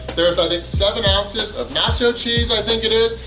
there's i think seven ounces of nacho cheese, i think it is.